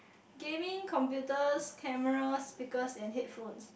gaming computers cameras speakers and headphones